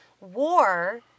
war